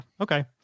Okay